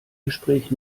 gespräch